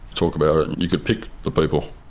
talk about it, and you could pick the people,